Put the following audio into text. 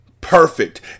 perfect